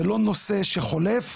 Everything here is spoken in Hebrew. זה לא נושא שחולף,